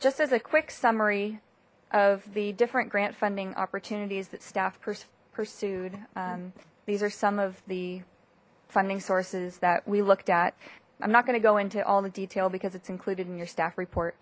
just as a quick summary of the different grant funding opportunities that staff pursued these are some of the funding sources that we looked at i'm not going to go into all the detail because it's included in your staff report